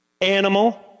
animal